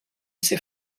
ses